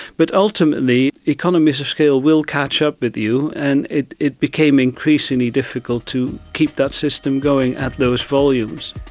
but ultimately, economies of scale will catch up with you, and it it became increasingly difficult to keep that system going at those volumes.